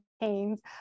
pains